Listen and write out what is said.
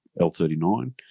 L39